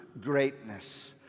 greatness